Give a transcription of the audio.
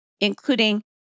including